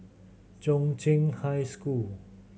Chung Cheng High School